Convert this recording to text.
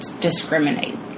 discriminate